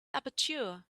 aperture